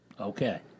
Okay